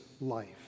life